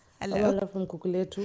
hello